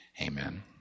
Amen